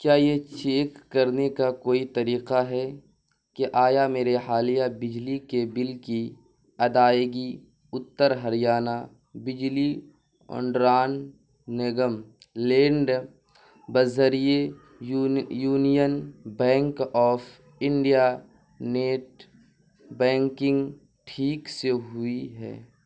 کیا یہ چیک کرنے کا کوئی طریقہ ہے کہ آیا میرے حالیہ بجلی کے بل کی ادائیگی اتر ہریانہ بجلی اونڈران نگم لینڈ بذریعے union bank of India net banking ٹھیک سے ہوئی ہے